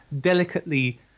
delicately